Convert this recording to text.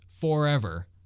forever